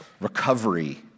Recovery